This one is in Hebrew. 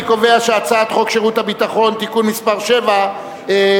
אני קובע שהצעת חוק שירות ביטחון (תיקון מס' 7 והוראת